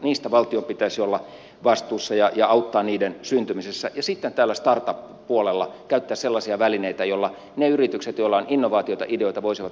niistä valtion pitäisi olla vastuussa ja auttaa niiden syntymisessä ja sitten tällä startup puolella käyttää sellaisia välineitä joilla ne yritykset joilla on innovaatioita ideoita voisivat jäädä suomeen